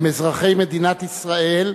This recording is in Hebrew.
הם אזרחי מדינת ישראל.